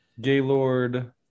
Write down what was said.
Gaylord